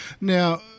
Now